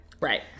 Right